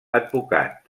advocat